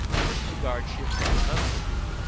with a few guard ships on constant duty,